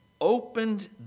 opened